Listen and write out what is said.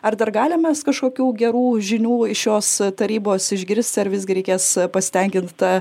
ar dar galim mes kažkokių gerų žinių iš šios tarybos išgirsti ar visgi reikės pasitenkint ta